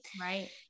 Right